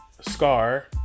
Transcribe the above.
scar